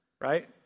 right